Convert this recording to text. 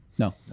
No